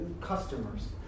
customers